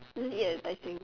just eat at Tai-Seng